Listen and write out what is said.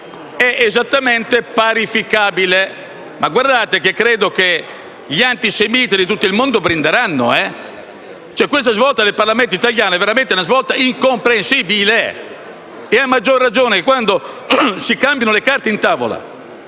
è esattamente parificabile. Credo che gli antisemiti di tutti il mondo brinderanno. Questa svolta del Parlamento italiano è veramente incomprensibile, e lo è a maggiore ragione quando si cambiano le carte in tavola